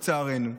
לצערנו.